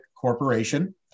corporation